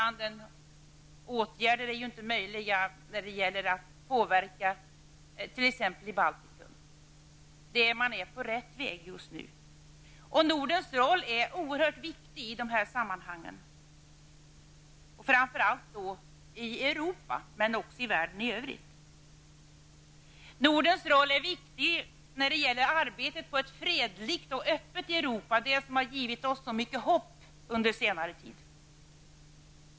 Andra åtgärder är ju inte möjliga när det gäller att påverka, och det är därför rätt väg. Nordens roll är oerhört viktig i dessa sammanhang, framför allt i Europa men också i världen i övrigt. Nordens roll är viktig när det gäller arbetet på ett fredligt och öppet Europa. Detta har givit oss så mycket hopp under senare tid.